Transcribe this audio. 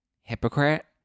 hypocrite